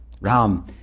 Ram